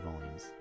volumes